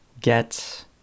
get